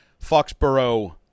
Foxborough